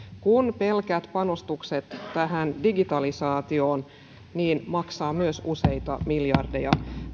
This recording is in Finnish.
kun pelkät panostukset tähän digitalisaatioon maksavat myös useita miljardeja